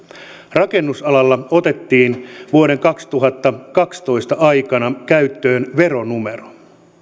rakennusalalla otettiin vuoden kaksituhattakaksitoista aikana käyttöön veronumero